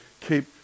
keep